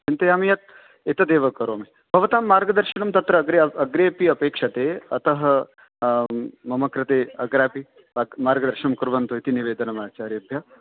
चिन्तयामि यत् एतदेव करोमि भवतां मार्गदर्शनं तत्र अग्रे अग्रेऽपि अपेक्षते अतः मम कृते अग्रे अपि मार्गदर्शनं कुर्वन्तु इति निवेदनम् आचार्येभ्यः